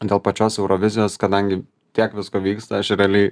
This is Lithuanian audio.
o dėl pačios eurovizinės kadangi tiek visko vyksta aš realiai